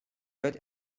wird